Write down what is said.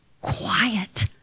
quiet